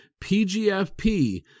PGFP